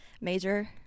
major